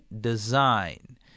design